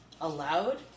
allowed